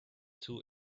two